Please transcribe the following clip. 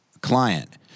Client